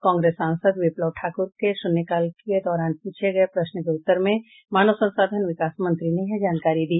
कांग्रेस सांसद विप्लव ठाकुर के शून्यकाल के दौरान पूछे गये प्रश्न के उत्तर में मानव संसाधन विकास मंत्री ने यह जानकारी दी